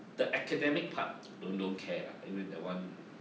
the academic part don't don't care lah that one you know